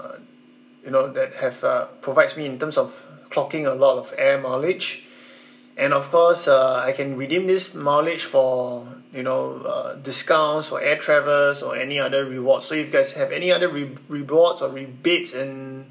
uh you know that have uh provides me in terms of clocking a lot of air mileage and of course uh I can redeem this mileage for you know uh discounts or air travels or any other rewards so you guys have any other re~ rewards or rebates in